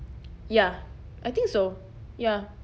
ya I think so ya